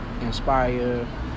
inspire